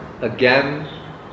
again